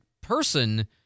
person